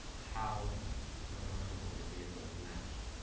how remarkable would it be if those matched.